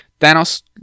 Thanos